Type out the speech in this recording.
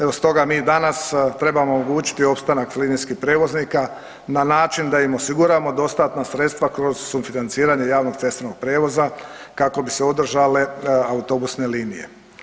Evo stoga mi danas trebamo omogućiti opstanak linijskih prijevoznika na način da im osiguramo dostatna sredstva kroz sufinanciranje javnog cestovnog prijevoza kako bi se održale autobusne linije.